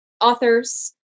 authors